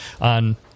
on